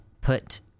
put